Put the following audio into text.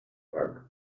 prague